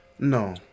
no